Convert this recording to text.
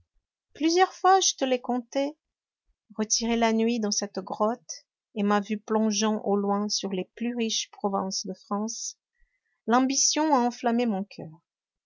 plusieurs fois je te l'ai conté retiré la nuit dans cette grotte et ma vue plongeant au loin sur les plus riches provinces de france l'ambition a enflammé mon coeur